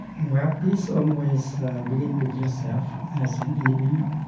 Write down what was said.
well, peace always begins with yourself as an individual,